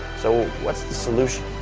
so, what's the solution?